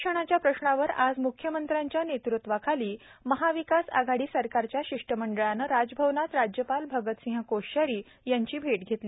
आरक्षणाच्याप्रश्नावरआजम्ख्यमंत्र्यांच्यानेतृत्वाखालीमहाविकास आघाडीसरकारच्याशिष्टमंडळानंराजभवनातराज्यपालभगतसिंहकोश्यारीयांचीभेटघेतली